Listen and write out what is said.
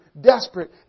desperate